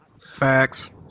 Facts